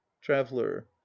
traveller